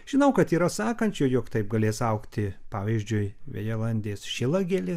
žinau kad yra sakančių jog taip galės augti pavyzdžiui vejalandės šilagėlės